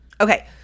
okay